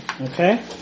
Okay